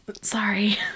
Sorry